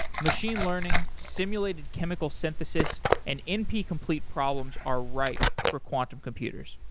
machine learning, simulated chemical synthesis and np complete problems are ripe for quantum computers.